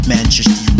Manchester